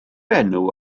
enw